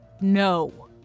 No